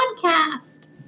podcast